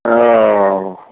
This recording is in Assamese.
অঁ